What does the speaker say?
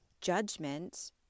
judgment